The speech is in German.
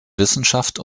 wissenschaft